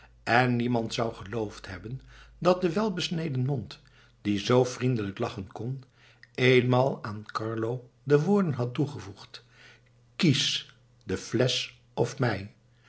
en niemand zou geloofd hebben dat de welbesneden mond die zoo vriendelijk lachen kon eenmaal aan carlo de woorden had toegevoegd kies de flesch of mij